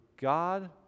God